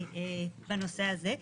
בנושא הזה.